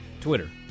Twitter